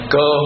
go